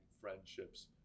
friendships